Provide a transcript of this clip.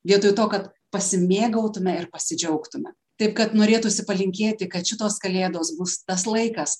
vietoj to kad pasimėgautume ir pasidžiaugtume taip kad norėtųsi palinkėti kad šitos kalėdos bus tas laikas